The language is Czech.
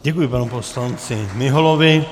Děkuji panu poslanci Miholovi.